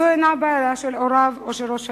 זו אינה בעיה של הוריו או של ראש העיר,